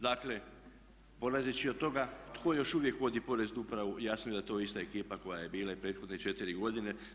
Dakle polazeći od toga tko još uvijek vodi poreznu upravu jasno je da je to ista ekipa koja je bila i prethodne četiri godine.